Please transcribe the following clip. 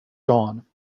dawn